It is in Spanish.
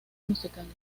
musicales